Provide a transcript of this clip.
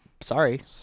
sorry